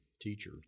teacher